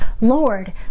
Lord